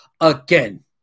again